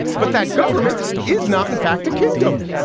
but that government is not, in fact, a kingdom.